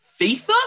FIFA